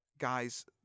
guys